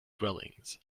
dwellings